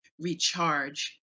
recharge